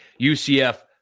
UCF